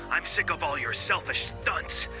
i'm sick of all your selfish stunts.